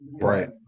Right